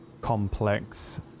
complex